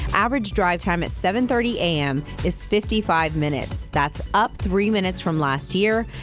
average drive time at seven thirty a m. is fifty five minutes. that's up three minutes from last year.